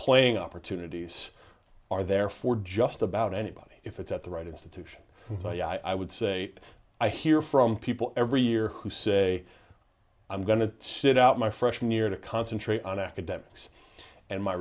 playing opportunities are there for just about anybody if it's at the right institution i would say i hear from people every year who say i'm going to sit out my freshman year to concentrate on academics and my